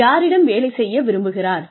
யாரிடம் வேலை செய்ய விரும்புகிறார்